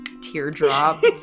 teardrop